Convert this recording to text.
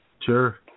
Sure